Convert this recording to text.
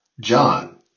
John